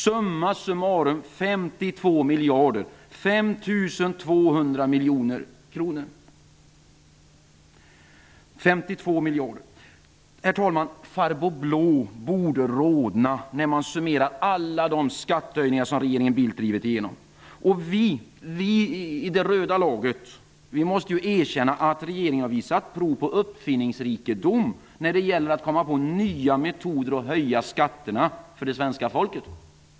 Summa summarum blir det 52 miljarder kronor, dvs. 5 200 Herr talman! ''Farbror Blå'' borde rodna när han summerar alla de skattehöjningar som regeringen Bildt drivit igenom. Vi i det röda laget måste erkänna att regeringen visat prov på uppfinningsrikedom när det gäller att komma på nya metoder att höja skatterna för det svenska folket.